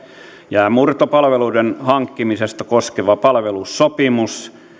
jäänmurtopalveluiden hankkimista koskeva palvelusopimus